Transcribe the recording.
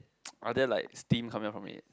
are there like steam coming up from it